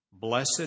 Blessed